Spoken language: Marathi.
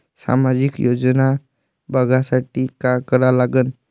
सामाजिक योजना बघासाठी का करा लागन?